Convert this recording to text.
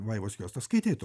vaivos juosta skaitei tu